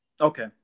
Okay